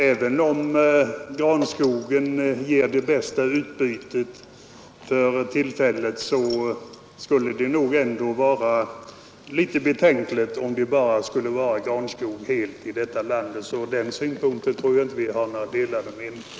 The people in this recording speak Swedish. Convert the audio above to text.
Även om granskogen ger det bästa utbytet för tillfället, så tycker jag att det nog ändå skulle vara litet betänkligt om det bara skulle vara granskog i detta land. Den synpunkten tror jag inte vi har några delade meningar om.